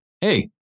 Hey